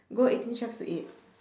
go eighteen chefs to eat